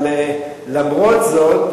אבל למרות זאת,